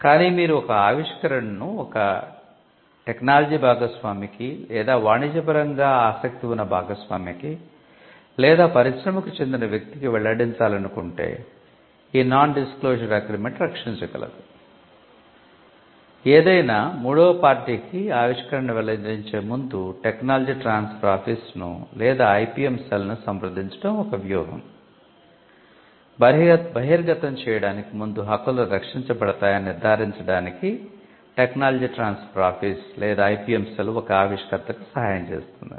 కానీ మీరు ఈ ఆవిష్కరణను ఒక టెక్నాలజీ భాగస్వామికి లేదా వాణిజ్యపరంగా ఆసక్తి ఉన్న భాగస్వామికి లేదా పరిశ్రమకు చెందిన వ్యక్తికి వెల్లడించాలనుకుంటే ఈ నాన్ డిస్క్లోజర్ అగ్రీమెంట్ ఒక ఆవిష్కర్తకు సహాయం చేస్తుంది